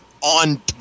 on